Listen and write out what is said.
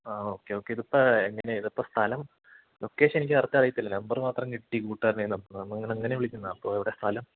ആ okay okay ഇതിപ്പം എങ്ങ നെയാണ് ഇതിപ്പം സ്ഥലം ലൊക്കേഷൻ എനിക്ക് കറക്റ്റ് അറിയത്തില്ല നമ്പറ് മാത്രം കിട്ടി കൂട്ട്കാർടേയ്ന്ന് അപ്പം നമ്മൾ അങ്ങനെ വിളിക്കുന്നതാണ് അപ്പം സ്ഥലം